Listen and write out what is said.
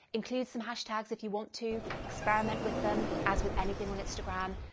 include some hashtags if you want to, experiment with them as with anything on instagram.